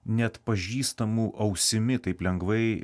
neatpažįstamų ausimi taip lengvai